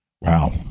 Wow